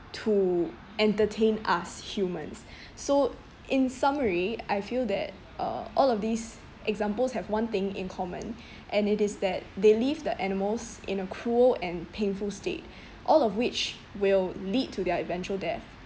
to entertain us humans so in summary I feel that uh all of these examples have one thing in common and it is that they leave the animals in a cruel and painful state all of which will lead to their eventual death